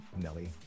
Nelly